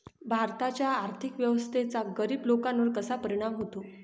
भारताच्या आर्थिक व्यवस्थेचा गरीब लोकांवर कसा परिणाम होतो?